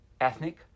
ethnic